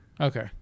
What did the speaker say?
Okay